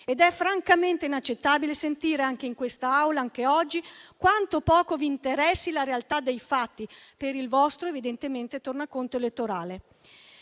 È francamente inaccettabile sentire anche in quest'Aula, anche oggi, quanto poco vi interessi la realtà dei fatti, evidentemente per il vostro tornaconto elettorale.